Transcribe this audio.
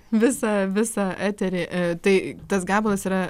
visą visą eterį tai tas gabalas yra